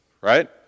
right